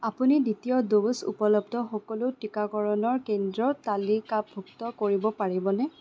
আপুনি দ্বিতীয় ড'জ উপলব্ধ সকলো টিকাকৰণৰ কেন্দ্ৰ তালিকাভুক্ত কৰিব পাৰিবনে